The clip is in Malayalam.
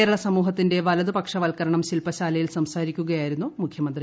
കേരള സമൂഹത്തിന്റെ വലതുപക്ഷവൽക്കരണം ശ്രില്പശാലയിൽ സംസാരി ക്കുകയായിരുന്നു മുഖ്യമന്ത്രി